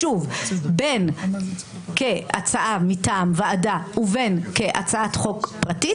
בין כהצעה מטעם ועדה ובין כהצעת חוק פרטית,